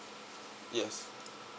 yes